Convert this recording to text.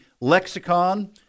lexicon